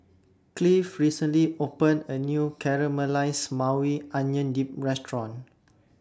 Cleave recently opened A New Caramelized Maui Onion Dip Restaurant